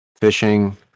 fishing